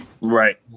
right